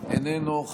איננו,